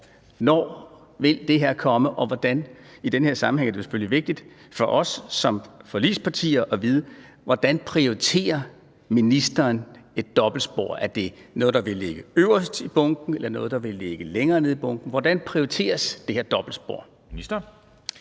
her vil komme og hvordan. I den her sammenhæng er det selvfølgelig vigtigt for os som forligspartier at vide, hvordan ministeren prioriterer et dobbeltspor. Er det noget, der vil ligge øverst i bunken, eller noget, der vil ligge længere nede i bunken? Hvordan prioriteres det her dobbeltspor? Kl.